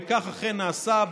וכך אכן נעשה.